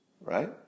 right